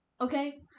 Okay